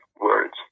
words